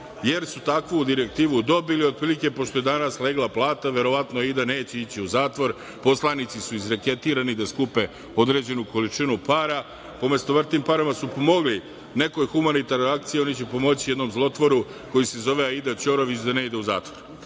jer su takvu direktivu dobili otprilike pošto je danas legla plata, verovatno Aida neće ići u zatvor, poslanici su izreketirani da skupe određenu količinu para. Umesto da su tim parama pomogli nekoj humanitarnoj akciji oni će pomoći jednom zlotvoru koji se zove Aida Ćorović da ne ide u zatvor.